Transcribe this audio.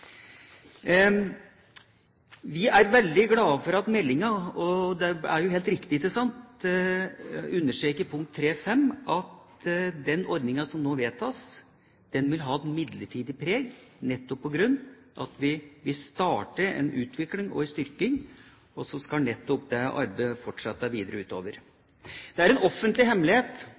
Vi er veldig glad for at det i meldinga – og det er jo helt riktig – i kapittel 3.5 understrekes at den ordninga som nå vedtas, vil ha et midlertidig preg, nettopp på grunn av at vi starter en utvikling og en styrking, og så skal dette arbeidet fortsette videre framover. Det er en offentlig hemmelighet,